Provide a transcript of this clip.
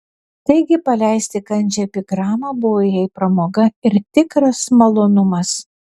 taigi paleisti kandžią epigramą buvo jai pramoga ir tikras malonumas